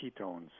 ketones